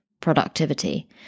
productivity